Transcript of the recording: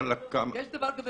--- יש דבר כזה